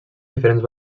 diferents